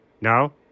No